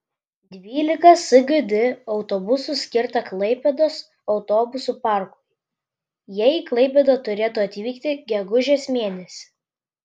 dvylika sgd autobusų skirta klaipėdos autobusų parkui jie į klaipėdą turėtų atvykti gegužės mėnesį